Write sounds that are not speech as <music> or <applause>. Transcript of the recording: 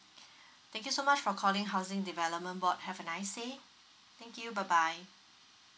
<breath> thank you so much for calling housing development board have a nice day thank you bye bye